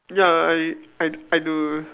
ya I I I do